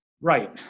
Right